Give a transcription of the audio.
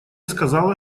сказала